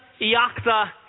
iacta